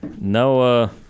No